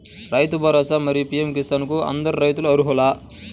రైతు భరోసా, మరియు పీ.ఎం కిసాన్ కు అందరు రైతులు అర్హులా?